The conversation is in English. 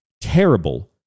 terrible